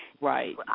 Right